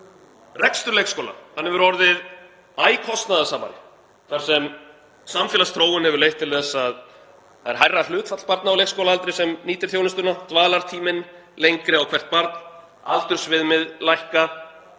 Rekstur leikskóla hefur orðið æ kostnaðarsamari þar sem samfélagsþróun hefur leitt til þess að það er hærra hlutfall barna á leikskólaaldri sem nýtir þjónustuna, dvalartíminn er lengri á hvert barn, aldursviðmið lækka